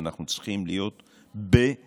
ואנחנו צריכים להיות במיטבנו.